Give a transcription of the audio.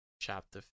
chapter